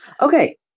Okay